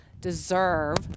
deserve